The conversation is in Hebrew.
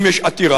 אם יש עתירה,